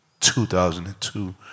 2002